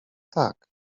tak